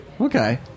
Okay